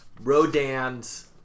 Rodan's